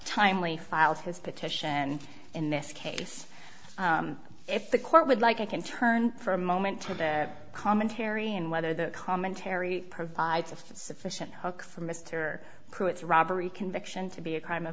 timely filed his petition in this case if the court would like i can turn for a moment to the commentary and whether the commentary provides a sufficient hook for mr pruitt's robbery conviction to be a crime of